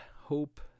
hope